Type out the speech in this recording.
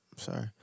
Sorry